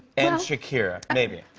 and shakira, maybe?